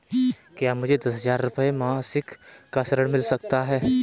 क्या मुझे दस हजार रुपये मासिक का ऋण मिल सकता है?